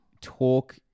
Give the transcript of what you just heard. talk